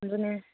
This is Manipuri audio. ꯑꯗꯨꯅꯤ